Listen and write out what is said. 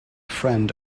friend